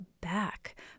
back